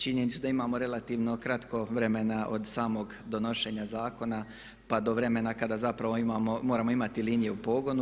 Činjenicu da imamo relativno kratko vremena od samog donošenja zakona pa do vremena kada zapravo moramo imati liniju u pogonu.